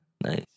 Nice